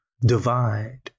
divide